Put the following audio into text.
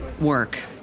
work